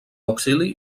auxili